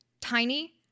tiny